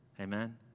amen